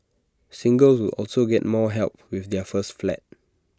singles also get more help with their first flat